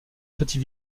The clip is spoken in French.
petit